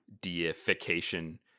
deification